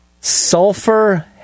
Sulfur